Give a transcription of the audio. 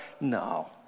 No